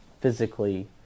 physically